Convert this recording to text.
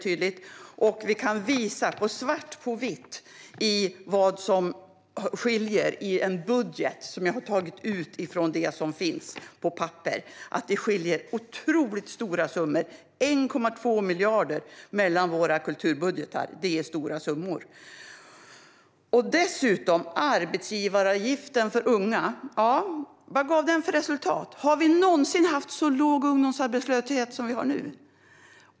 Jag kan visa svart på vitt vad som skiljer i budget. Jag har tagit ut det som finns på papper. Det skiljer otroligt stora summor, 1,2 miljarder, mellan våra kulturbudgetar. Det är stora summor. Dessutom: Arbetsgivaravgiften för unga, vad gav den för resultat? Har vi någonsin haft så låg ungdomsarbetslöshet som vi har nu?